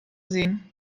sehen